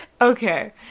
Okay